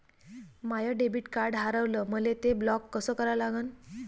माय debit card हारवलं, मले ते ब्लॉक कस करा लागन?